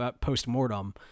post-mortem